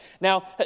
now